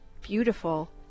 beautiful